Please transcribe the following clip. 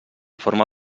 forma